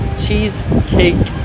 cheesecake